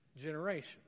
generation